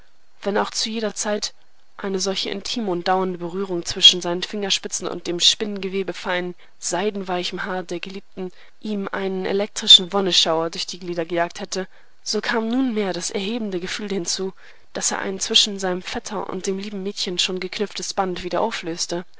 wenn auch zu jeder zeit eine solche intime und dauernde berührung zwischen seinen fingerspitzen und dem spinngewebe feinen seidenweichen haar der geliebten ihm einen elektrischen wonneschauer durch die glieder gejagt hätte so kam nunmehr das erhebende gefühl hinzu daß er ein zwischen seinem vetter und dem lieben mädchen schon geknüpftes band wieder auflöse